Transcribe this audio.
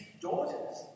daughters